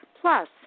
Plus